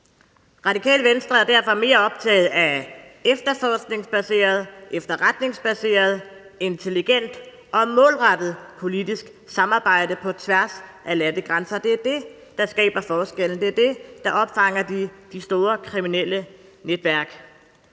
Radikale Venstre er derfor mere optaget af efterforskningsbaseret, efterretningsbaseret, intelligent og målrettet politisk samarbejde på tværs af landegrænser. Det er det, der skaber forskellen, det er det, der opfanger de store kriminelle netværk.